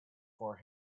for